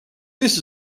this